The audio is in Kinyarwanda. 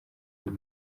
uyu